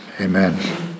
amen